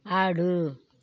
ఆడు